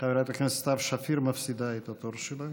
חברת הכנסת סתיו שפיר מפסידה את התור שלה,